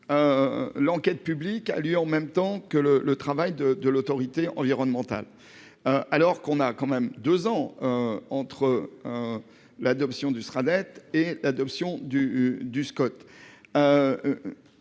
L'enquête publique a lieu en même temps que le, le travail de de l'autorité environnementale. Alors qu'on a quand même 2 ans. Entre. L'adoption du sera dette et l'adoption du du